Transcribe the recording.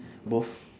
both